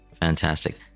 Fantastic